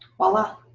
voila.